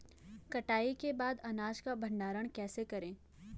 कटाई के बाद अनाज का भंडारण कैसे करें?